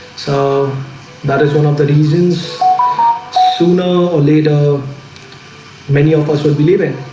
so that is one of the reasons sooner or later many of us will believe in